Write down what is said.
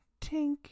tink